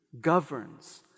governs